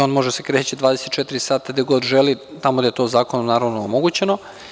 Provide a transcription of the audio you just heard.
On može da se kreće 24 sata gde god želi, tamo gde je to zakonom, naravno, omogućeno.